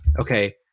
okay